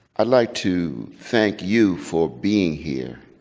i'd like to thank you for being here.